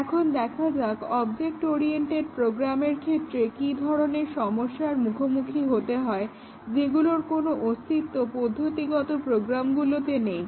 এখন দেখা যাক অবজেক্ট ওরিয়েন্টেড প্রোগ্রামের ক্ষেত্রে কি ধরণের সমস্যার মুখোমুখি হতে হয় যেগুলোর কোনো অস্তিত্ব পদ্ধতিগত প্রোগ্রামগুলিতে নেই